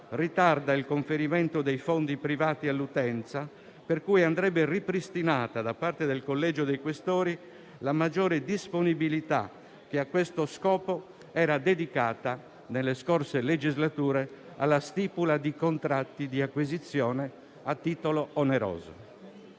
ritarda il conferimento dei fondi privati all'utenza; andrebbe ripristinata pertanto da parte del Collegio dei questori la maggiore disponibilità che a questo scopo era dedicata nelle scorse legislature alla stipula di contratti di acquisizione a titolo oneroso.